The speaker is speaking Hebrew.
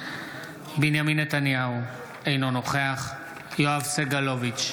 בעד בנימין נתניהו, אינו נוכח יואב סגלוביץ'